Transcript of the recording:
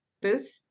booth